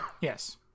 Yes